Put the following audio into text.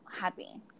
happy